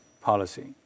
policy